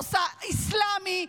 האתוס האסלאמי,